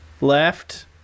left